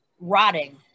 rotting